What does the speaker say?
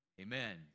amen